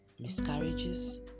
miscarriages